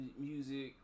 music